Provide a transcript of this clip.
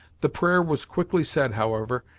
the prayer was quickly said, however,